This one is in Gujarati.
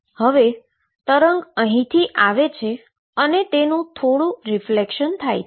જો તરંગ અહીં થી આવે છે તેનું થોડુંક રીફ્લેક્શન થાય છે